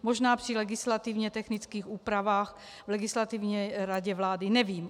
Možná při legislativně technických úpravách v Legislativní radě vlády, nevím.